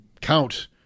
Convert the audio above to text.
count